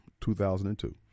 2002